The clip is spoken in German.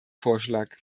vorschlag